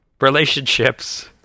relationships